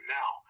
now